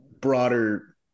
broader